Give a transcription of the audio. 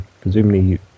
presumably